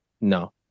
No